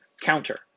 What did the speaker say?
counter